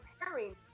preparing